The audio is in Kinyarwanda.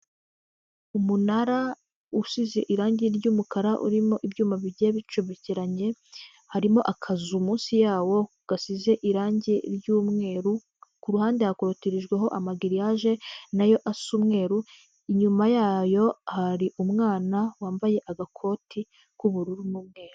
Umunara, usize irangi ry'umukara, urimo ibyuma bigiye bicobekeranye, harimo akazu munsi yawo gasize irangi ry'umweru, ku ruhande hakotirijweho amagiriyage nayo asa umweru, inyuma yayo, hari umwana wambaye agakoti k'ubururu n'umweru.